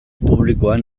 publikoan